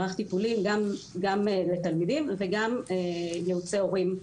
מערך טיפולים גם לתלמידים וגם ייעוצי הורים,